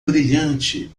brilhante